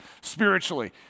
spiritually